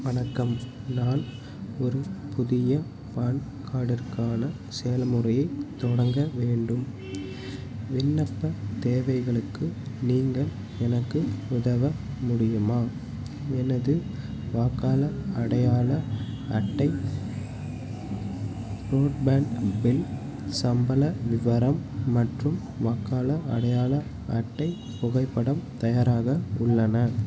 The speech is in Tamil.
வணக்கம் நான் ஒரு புதிய பான் கார்டுற்கான செயல்முறையைத் தொடங்க வேண்டும் விண்ணப்பத் தேவைகளுக்கு நீங்கள் எனக்கு உதவ முடியுமா எனது வாக்காளர் அடையாள அட்டை ப்ரோட்பேண்ட் பில் சம்பள விவரம் மற்றும் வாக்காளர் அடையாள அட்டை புகைப்படம் தயாராக உள்ளன